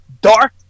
dark